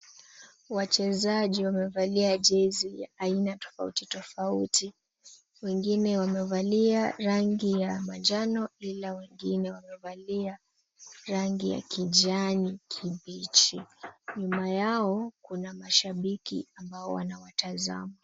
Wachezaji wamevalia jezi ya aina tofautitofauti. Wengine wamevalia rangi ya manjano, ila wengine wamevalia rangi ya kijani kibichi. Nyuma yao, kuna mashabiki ambao wanawatazama.